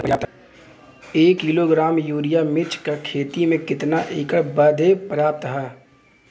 एक kilogram urea मिर्च क खेती में कितना एकड़ बदे पर्याप्त ह?